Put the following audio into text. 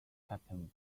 captain